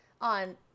on